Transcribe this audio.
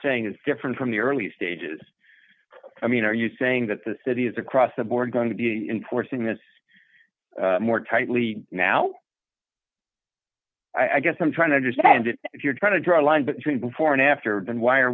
saying is different from the early stages i mean are you saying that the city is across the board going to be important is more tightly now i guess i'm trying to understand it if you're trying to draw a line between before and after and why are